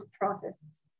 protests